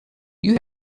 you